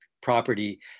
property